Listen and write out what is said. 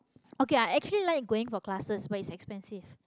okay I actually like going for classes but it's expensive